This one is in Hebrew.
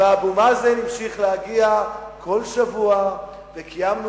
ואבו מאזן המשיך להגיע כל שבוע וקיימנו